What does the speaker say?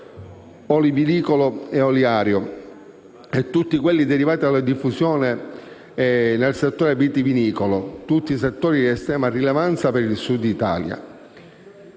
vitivinicolo e oliario e tutti quelli derivati dalla diffusione nel settore vitivinicolo, tutti settori di estrema rilevanza per il Sud Italia.